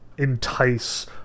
entice